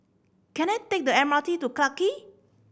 can I take the M R T to Clarke Quay